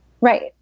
Right